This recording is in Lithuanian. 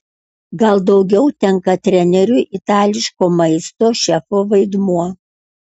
gal daugiau tenka treneriui itališko maisto šefo vaidmuo